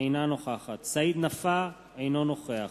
אינה נוכחת סעיד נפאע, אינו נוכח